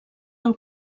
del